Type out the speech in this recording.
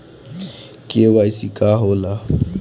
KYC का होला?